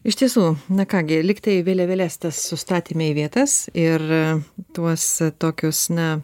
iš tiesų na ką gi lygtai vėliavėles sustatėme į vietas ir tuos tokius na